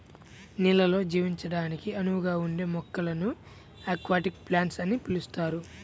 నీళ్ళల్లో జీవించడానికి అనువుగా ఉండే మొక్కలను అక్వాటిక్ ప్లాంట్స్ అని పిలుస్తారు